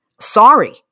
sorry